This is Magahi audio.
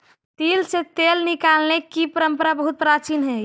तिल से तेल निकालने की परंपरा बहुत प्राचीन हई